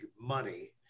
money